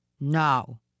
Now